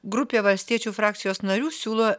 grupė valstiečių frakcijos narių siūlo